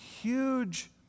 huge